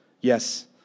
yes